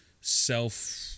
self